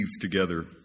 together